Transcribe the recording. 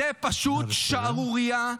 זו פשוט שערורייה.